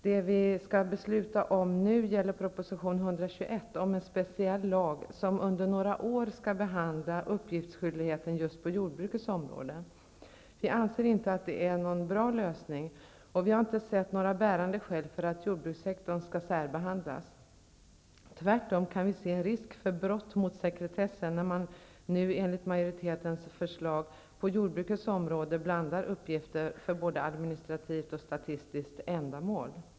Det vi skall besluta om nu gäller proposition 121 om en speciell lag som under några år skall behandla uppgiftsskyldigheten just på jordbrukets område. Vi anser inte att det är någon bra lösning, och vi har inte sett några bärande skäl till att jordbrukssektorn skall särbehandlas. Tvärtom kan vi se en risk för att det begås brott mot sekretessen, när man nu enligt majoritetens förslag på jordbrukets område blandar uppgifter för både administrativt och statistiskt ändamål.